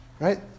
right